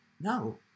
No